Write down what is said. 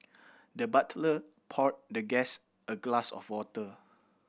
the butler poured the guest a glass of water